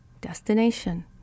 destination